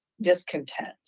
discontent